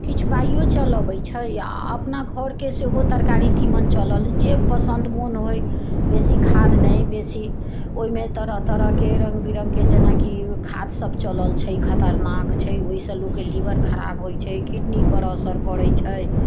किछु पाइयो चलि अबैत छै आ अपना घरके सेहो तरकारी तीमन चलल जे पसन्द मन होइ बेसी खाद नहि बेसी ओहिमे तरह तरहके रङ्ग विरङ्गके जेनाकि खाद सभ चलल छै खतरनाक छै ओहिसँ लोकके लीवर खराब होइत छै किडनी पर असर पड़ैत छै